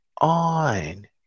on